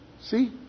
see